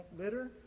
litter